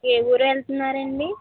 ఏ ఊరు వెళ్తున్నారండి